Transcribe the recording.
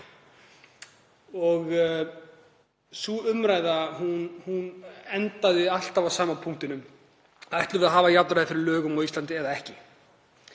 Sú umræða endaði alltaf á sama punktinum: Ætlum við að hafa jafnræði fyrir lögum á Íslandi eða ekki?